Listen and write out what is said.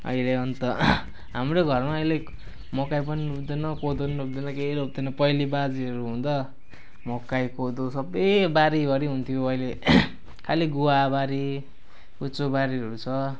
अहिले अन्त हाम्रो घरमा अहिले मकै पनि रोप्दैन कोदो पनि रोप्दैन केही रोप्दैन पहिले बाजेहरू हुँदा मकै कोदो सबै बारीभरि हुन्थ्यो अहिले खाली गुवाबारी कुच्चोबारीहरू छ